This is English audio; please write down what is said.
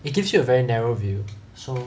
it gives you a very narrow view so